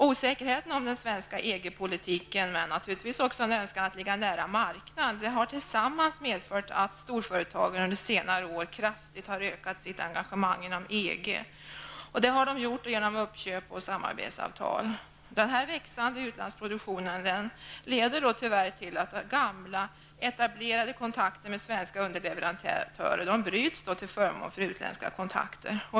Osäkerheten om den svenska EG-politiken, men naturligtvis också en önskan att ligga nära marknaden, har medfört att storföretagen under senare år kraftigt har ökat sitt engagemang inom EG. Det har de gjort genom uppköp och samarbetsavtal. Den här växande utlandsproduktionen leder tyvärr till att gamla etablerade kontakter med svenska underleverantörer bryts till förmån för utländska kontakter.